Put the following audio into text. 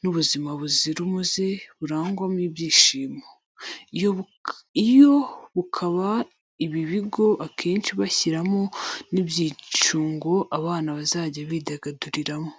n'ubuzima buzira umuze burangwamo ibyishimo. Iyo bubaka ibi bigo akenshi bashyiramo n'ibyicungo abana bazajya bidagaduriramo.